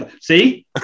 See